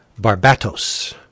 Barbatos